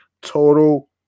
total